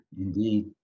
Indeed